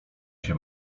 się